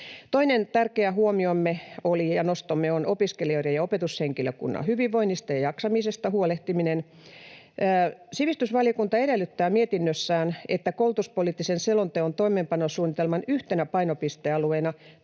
Toinen tärkeä huomiomme ja nostomme on opiskelijoiden ja opetushenkilökunnan hyvinvoinnista ja jaksamisesta huolehtiminen: Sivistysvaliokunta edellyttää mietinnössään, että koulutuspoliittisen selonteon toimeenpanosuunnitelman yhtenä painopistealueena